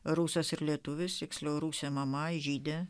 rusas ir lietuvis tiksliau rusė mama žydė